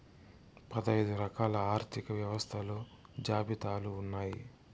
పదైదు రకాల ఆర్థిక వ్యవస్థలు జాబితాలు ఉన్నాయి